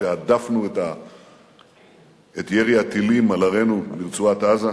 כשהדפנו את ירי הטילים על ערינו מרצועת-עזה,